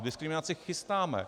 Tu diskriminaci chystáme.